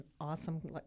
awesome